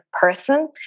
person